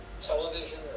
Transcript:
television